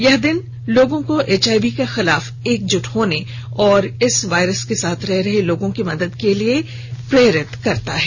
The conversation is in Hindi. यह दिन लोगों को एचआईवी के खिलाफ एकजुट होने और इस वायरस के साथ रह रहे लोगों की मदद करने के लिए प्रेरित करता है